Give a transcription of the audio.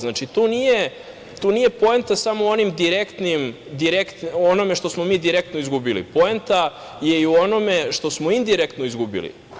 Znači, tu nije poenta samo u onome što smo mi direktno izgubili, poenta je i u onome što smo indirektno izgubili.